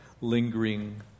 lingering